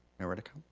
mayor redekop?